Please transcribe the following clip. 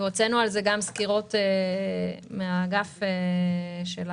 והוצאנו על זה גם סקירות מן האגף שלנו,